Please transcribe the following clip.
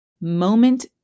moment